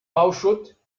bauschutt